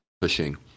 pushing